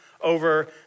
over